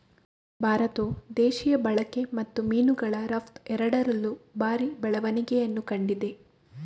ಭಾರತವು ದೇಶೀಯ ಬಳಕೆ ಮತ್ತು ಮೀನುಗಳ ರಫ್ತು ಎರಡರಲ್ಲೂ ಭಾರಿ ಬೆಳವಣಿಗೆಯನ್ನು ಕಂಡಿದೆ